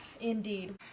Indeed